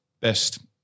best